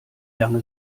lange